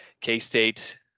K-State